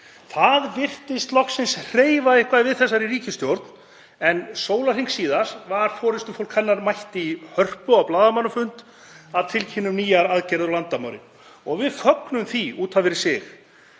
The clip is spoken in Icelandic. Það virtist loksins hreyfa eitthvað við þessari ríkisstjórn, en sólarhring síðar var forystufólk hennar mætt í Hörpu á blaðamannafund að tilkynna um nýjar aðgerðir á landamærum. Við fögnum því út af fyrir sig,